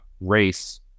race